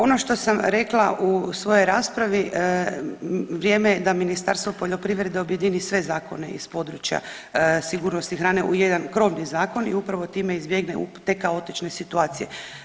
Ono što sam rekla u svojoj raspravi vrijeme je da Ministarstvo poljoprivrede objedini sve zakone iz područja sigurnosti hrane u jedan krovni zakon i upravo time izbjegne te kaotične situacije.